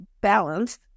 balance